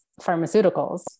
pharmaceuticals